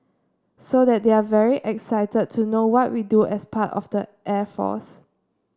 so that they're very excited to know what we do as part of the air force